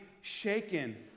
shaken